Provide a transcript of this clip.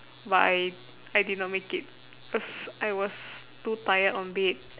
but I I did not make it because I was too tired on bed